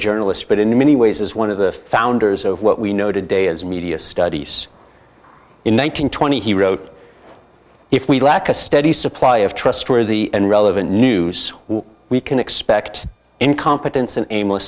journalist but in many ways as one of the founders of what we know today as media studies in one thousand and twenty he wrote if we lack a steady supply of trustworthy and relevant news we can expect incompetence and aimless